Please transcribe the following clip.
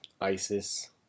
ISIS